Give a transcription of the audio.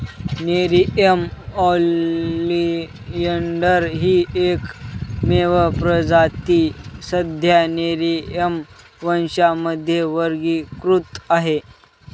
Nerium oleander ही एकमेव प्रजाती सध्या नेरिअम वंशामध्ये वर्गीकृत आहे